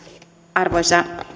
arvoisa